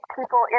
people